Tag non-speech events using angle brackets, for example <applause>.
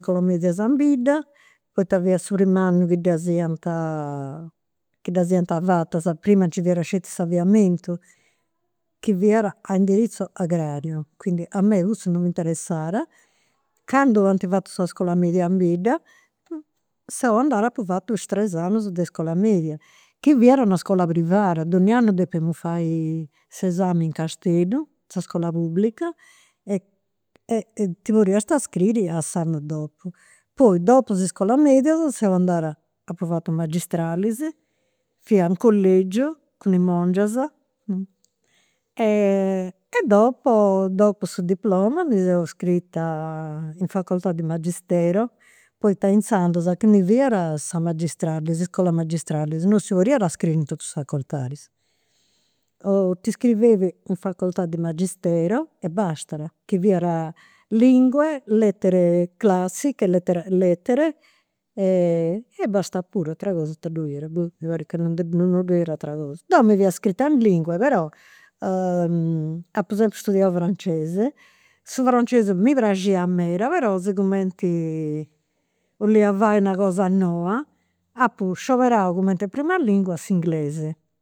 Cun i medias in bidda, poita fiat su primu annu chi ddas iant fatas, prima nci fiat sceti s'avviamentu, chi fiat a indirizzu agrariu. Quindi a mei cussu non m'interessat, candu ant fatu s'iscola media in bidda, seu andat <unintelligible> is tres annus de iscola media, chi fiat un'iscola privada, donni'annu depemus fai s'esami in Casteddu in sa iscola publica e <hesitation> e ti podiast scriri a s'annu dopu. Poi dopu is iscolas medias seu andada, apu fatu i' magistralis, fia in collegiu, cun i' mongias. E dopo, dopo su diploma mi seu scrita in facoltà di magistero, poita inzandus a chini fiat sa magistrali, s'iscola magistrali, non si podiat <unintelligible> in totus is facoltadis. O ti scrivevi in facoltà di magistero e bastada, chi fiat lingue, lettere classiche, lettere <hesitation> lettere, e basta puru, atera cosa ita ddoi fiat, boh, mi parit ca non <hesitation> ddo 'iat atera cosa. Deu mi fia scrita in lingue, però apu sempri studiau francese, su francesu mi praxiat meda, però sigumenti 'olia fai una cosa noba, apu scioberau cumenti a primu lingua s'inglesu.